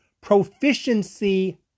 proficiency